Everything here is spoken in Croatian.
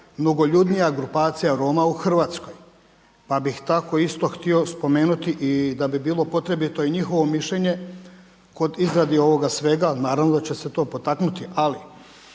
najmnogoljudnija grupacija Roma u Hrvatskoj. Pa bih tako isto htio spomenuti i da bi bilo potrebito i njihovo mišljenje kod izrade ovoga svega. Naravno da će se to sve potaknuti, ali